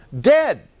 dead